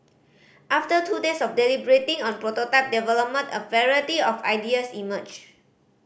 after two days of deliberating and prototype development a variety of ideas emerged